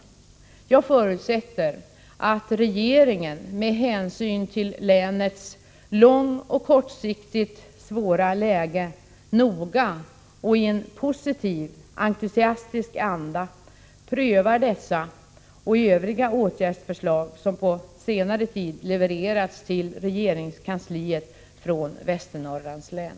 Jag förutsätter att regeringen med hänsyn till länets långoch kortsiktigt svåra läge noga och i en positiv, entusiastisk anda prövar dessa och övriga åtgärdsförslag som på senare tid levererats till regeringskansliet från Västernorrlands län.